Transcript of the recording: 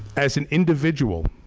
as an individual,